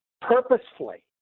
Purposefully